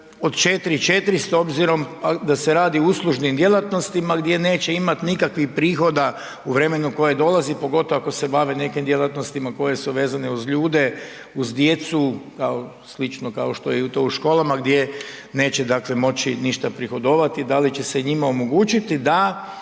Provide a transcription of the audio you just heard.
od 4.400 s obzirom da se radi o uslužnim djelatnostima gdje neće imati nikakvih prihoda u vremenu koje dolazi, pogotovo ako se bave nekim djelatnostima koje su vezane uz ljude, uz djecu slično kao što je to u školama gdje neće moći ništa prihodovati? Da li će se njima omogućiti da